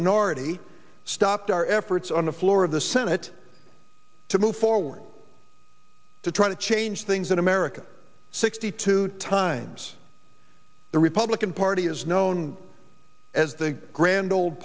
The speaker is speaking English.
minority stopped our efforts on the floor of the senate to move forward to try to change things in america sixty two times the republican party is known as the grand old